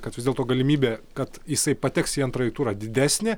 kad vis dėlto galimybė kad jisai pateks į antrąjį turą didesnė